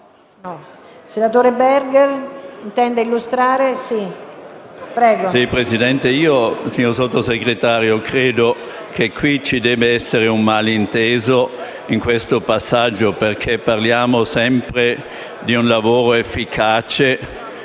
Presidente, signor Sottosegretario, io credo che ci debba essere un malinteso in questo passaggio. Parliamo sempre di un lavoro efficace,